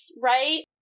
right